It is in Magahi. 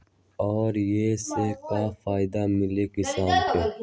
और ये से का फायदा मिली किसान के?